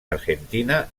argentina